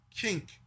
kink